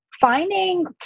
Finding